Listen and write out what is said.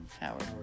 Howard